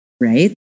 right